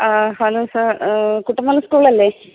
ആ hello sir Kuttammal സ്കൂളല്ലേ